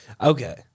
Okay